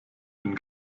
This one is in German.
den